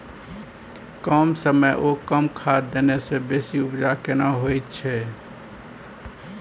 कम समय ओ कम खाद देने से बेसी उपजा केना होय छै?